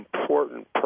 important